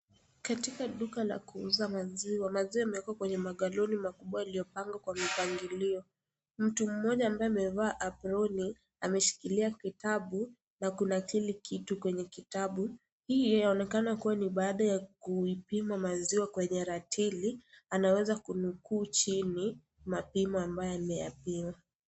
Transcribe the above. Katika duka la kuuza maziwa, maziwa yamewekwa kwenye magaloli makubwa yaliyopangwa kwa mpangilio, mtu mmoja ambaye amevaa aproni ameshikilia kitabu na kuna kila kitu kwenye kitabu, hii inaonekana kuwa ni baada ya kuipima maziwa kwenye ratili, anaweza kunukuu chini mapimo ambayo ameyapima.